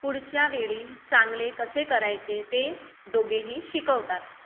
पुढच्या वेळी चांगले कसे करायचे ते दोघेही शिकवतात